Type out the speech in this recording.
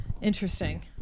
interesting